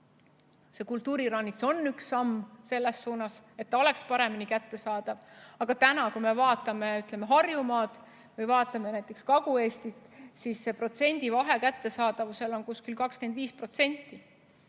See kultuuriranits on üks samm selles suunas, et kultuur oleks paremini kättesaadav. Aga kui me vaatame Harjumaad või vaatame näiteks Kagu-Eestit, siis see vahe kättesaadavusel mõttes on